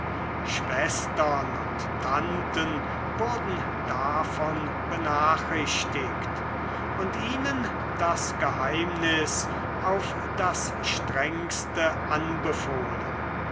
schwestern und tanten wurden davon benachrichtigt und ihnen das geheimnis auf das strengste anbefohlen